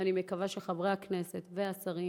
ואני מקווה שחברי הכנסת והשרים